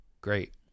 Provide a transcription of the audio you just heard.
great